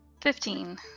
Fifteen